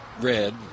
red